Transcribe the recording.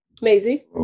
Maisie